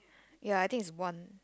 ya I think is one